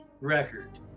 record